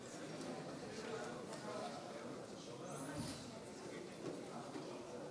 התשע"ה 2015, לא עוברת.